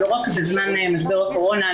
לא רק בזמן משבר הקורונה,